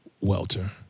welter